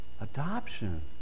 adoption